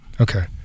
Okay